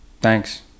Thanks